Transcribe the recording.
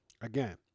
Again